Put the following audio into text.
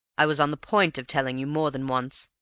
i was on the point of telling you more than once.